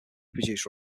positioned